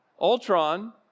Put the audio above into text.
Ultron